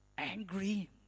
Angry